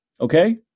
Okay